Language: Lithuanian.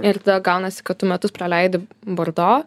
ir tada gaunasi kad tu metus praleidi bordo